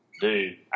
Dude